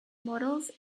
models